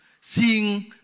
seeing